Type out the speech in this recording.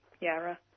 Yarra